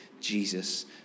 Jesus